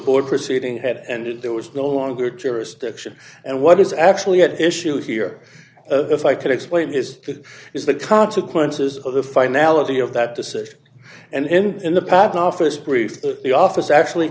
court proceeding had ended there was no longer jurisdiction and what is actually at issue here if i could explain is that is the consequences of the finality of that decision and in the patent office brief the office actually